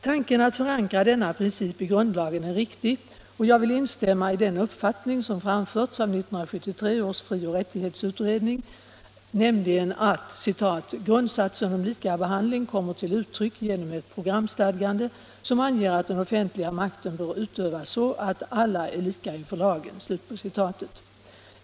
Tanken att förankra denna princip i grundlagen är riktig, och jag vill instämma i den uppfattning som framförts av 1973 års frioch rättighetsutredning, nämligen att ”grundsatsen om likabehandling kommer till uttryck genom ett pro 45 gramstadgande som anger, att den offentliga makten bör utövas så att alla är lika inför lagen”.